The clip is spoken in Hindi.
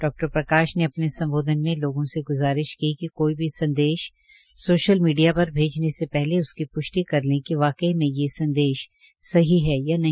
डॉ प्रकाश ने अपने संबोधन में लोगों से गुजारिश की कि कोई भी संदेश सोशल मीडिया पर भेजने से पहले उसकी पुष्टि कर लें कि वाकयी में ये संदेश सही है या नहीं